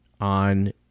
on